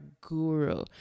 guru